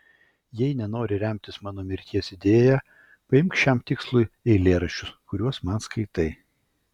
jei nenori remtis savo mirties idėja paimk šiam tikslui eilėraščius kuriuos man skaitai